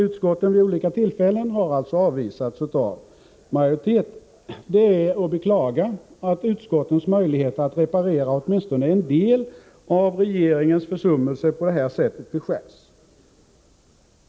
Det är att beklaga att utskottens möjligheter att reparera åtminstone en del av regeringens försummelser på det här sättet beskärs.